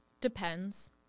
Depends